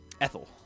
Ethel